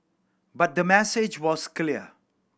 but the message was clear